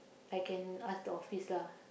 I can ask the office lah